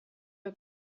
her